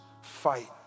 Fight